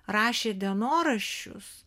rašė dienoraščius